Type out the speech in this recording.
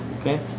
okay